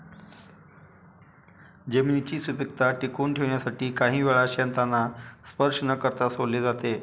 जमिनीची सुपीकता टिकवून ठेवण्यासाठी काही वेळा शेतांना स्पर्श न करता सोडले जाते